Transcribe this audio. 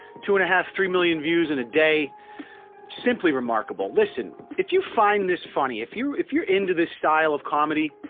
two and a half three million views in a day simply remarkable listen, if you find this funny, if you. if you're into this style of comedy